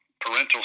parental